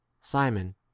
simon